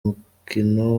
mukino